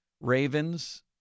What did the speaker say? Ravens